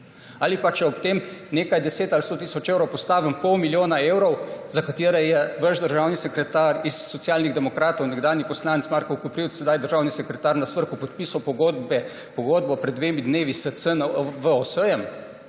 ali pa če ob tem nekaj 10 ali 100 tisoč evrov postavim pol milijona evrov, za katere je vaš državni sekretar iz Socialnih demokratov nekdanji poslanec Marko Koprivc, sedaj državni sekretar na SVRK, podpisal pogodbo pred dvema dnevoma s CNVOS,